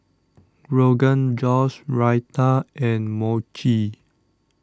Rogan Josh Raita and Mochi